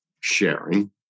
sharing